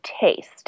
taste